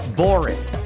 boring